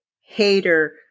hater